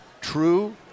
true